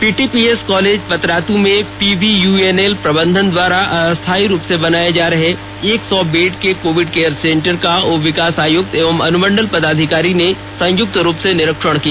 PTPS college Patratu में PVUNL प्रबंधन द्वारा अस्थाई रूप से बनाए जा रहे एक सौ बेड के कोविड केअर सेन्टर का उप विकास आयुक्त एवम अनुमंडल पदाधिकारी ने संयुक्त रूप से निरीक्षण किया